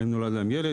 האם נולד להם ילד,